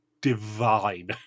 divine